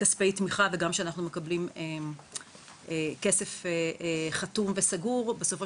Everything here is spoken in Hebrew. כספי התמיכה וגם כשאנחנו מקבלים כסף חתום וסגור בסופו